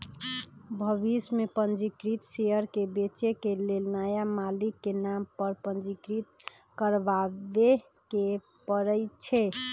भविष में पंजीकृत शेयर के बेचे के लेल नया मालिक के नाम पर पंजीकृत करबाबेके परै छै